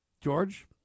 George